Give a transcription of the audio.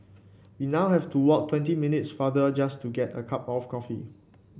we now have to walk twenty minutes farther just to get a cup of coffee